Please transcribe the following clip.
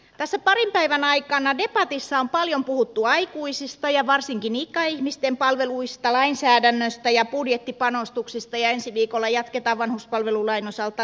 tässä parin päivän aikana debatissa on paljon puhuttu aikuisista ja varsinkin ikäihmisten palveluista lainsäädännöstä ja budjettipanostuksista ja ensi viikolla jatketaan vanhuspalvelulain osalta lisää